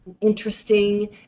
interesting